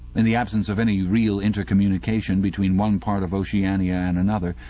in the absence of any real intercommunication between one part of oceania and another,